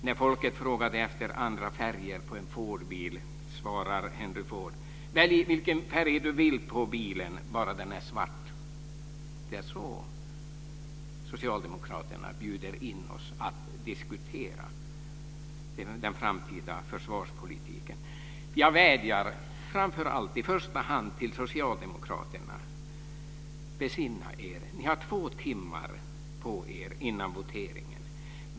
När folket frågade efter andra färger på en Fordbil svarade Henry Ford så här: Välj vilken färg du vill på bilen, bara den är svart. Det är så socialdemokraterna bjuder in oss att diskutera den framtida försvarspolitiken. Jag vädjar framför allt i första hand till socialdemokraterna. Besinna er! Ni har två timmar på er före voteringen.